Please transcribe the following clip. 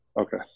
Okay